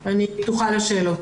אני פתוחה לשאלות.